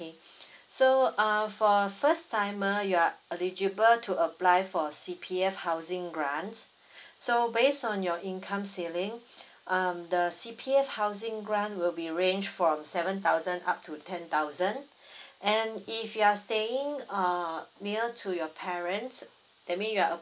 okay so err for first timer you are eligible to apply for C_P_F housing grant so based on your income ceiling um the C_P_F housing grant will be range from seven thousand up to ten thousand and if you are staying err near to your parents that mean you are